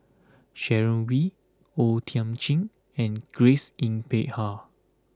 Sharon Wee O Thiam Chin and Grace Yin Peck Ha